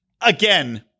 again